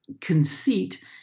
conceit